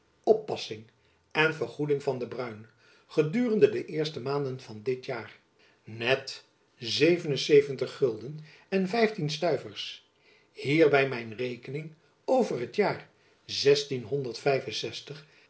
oppassing en voeding van den bruin gedurende de eerste maanden van dit jaar et en vijftien stuivers hierby mijn rekening over t jaar